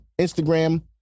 Instagram